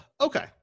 Okay